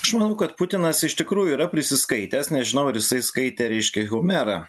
aš manau kad putinas iš tikrųjų yra prisiskaitęs nežinau ar jisai skaitė reiškia homerą